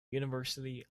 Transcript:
university